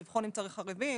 לבחון אם צריך ערבים,